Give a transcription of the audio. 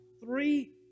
three